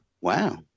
Wow